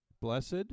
Blessed